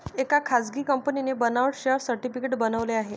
एका खासगी कंपनीने बनावट शेअर सर्टिफिकेट बनवले आहे